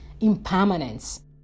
impermanence